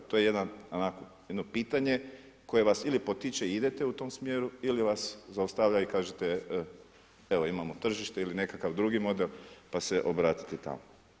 To je jedno pitanje koje vas ili potičete i idete u tom smjeru ili vas zaustavlja i kažete evo imamo tržište ili nekakav drugi model pa se obratite tamo.